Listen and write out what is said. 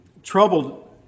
troubled